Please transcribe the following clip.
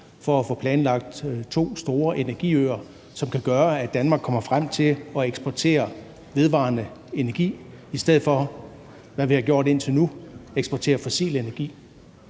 for at få planlagt to store energiøer, som kan gøre, at Danmark kommer frem til at eksportere vedvarende energi i stedet for, som vi har gjort indtil nu, at eksportere fossil energi.